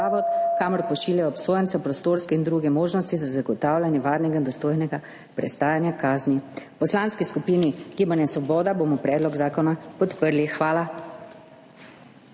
kamor pošiljajo obsojence, prostorske in druge možnosti za zagotavljanje varnega in dostojnega prestajanja kazni. V Poslanski skupini Svoboda bomo predlog zakona podprli. Hvala.